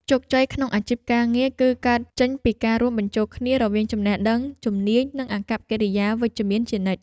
ជោគជ័យក្នុងអាជីពការងារ គឺកើតចេញពីការរួមបញ្ចូលគ្នារវាងចំណេះដឹង ជំនាញ និងអាកប្បកិរិយាវិជ្ជមានជានិច្ច។